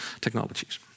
technologies